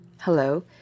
Hello